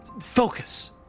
Focus